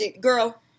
Girl